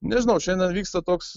nežinau šiandien vyksta toks